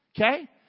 Okay